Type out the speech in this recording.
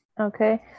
Okay